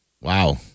Wow